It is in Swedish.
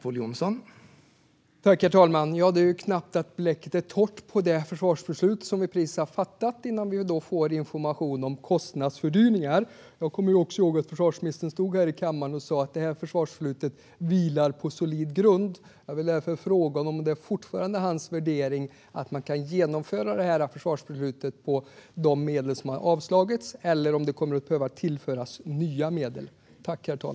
Herr talman! Det är knappt att bläcket har torkat på det försvarsbeslut som vi precis har fattat innan vi nu får information om kostnadsfördyringar. Jag kommer ihåg att försvarsministern stod här i kammaren och sa att detta försvarsbeslut vilar på solid grund. Jag vill därför fråga om det fortfarande är hans värdering att man kan genomföra försvarsbeslutet med de medel som har anslagits eller om det kommer att behöva tillföras nya medel.